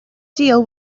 deal